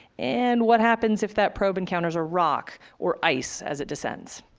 and what happens if that probe encounters a rock or ice as it descends?